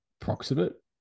proximate